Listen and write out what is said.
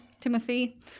Timothy